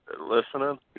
listening